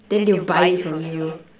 then they will buy it from you